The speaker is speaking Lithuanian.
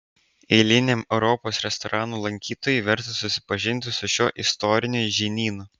eiliniam europos restoranų lankytojui verta susipažinti su šiuo istoriniu žinynu